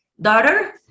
daughter